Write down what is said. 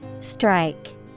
Strike